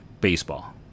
baseball